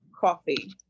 coffee